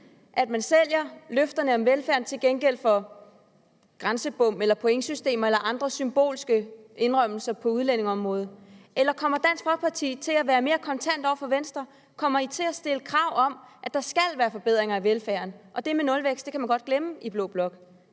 at man sælger løfterne om velfærd til gengæld for grænsebomme eller pointsystemer eller andre symbolske indrømmelser på udlændingeområdet? Kommer Dansk Folkeparti til at være mere kontant over for Venstre? Kommer man til at stille krav om, at der skal være forbedringer af velfærden, og om, at det med nulvækst kan de godt glemme i blå blok?